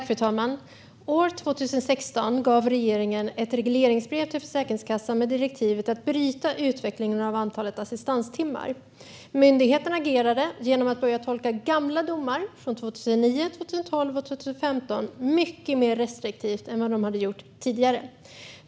Fru talman! År 2016 gav regeringen ett regleringsbrev till Försäkringskassan med direktiv om att bryta utvecklingen av antalet assistanstimmar. Myndigheten agerade genom att börja tolka gamla domar från 2009, 2012 och 2015 mycket mer restriktivt än man gjort tidigare.